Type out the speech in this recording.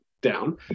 down